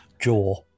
Jaw